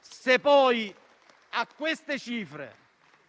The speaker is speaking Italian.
Se, poi, a queste cifre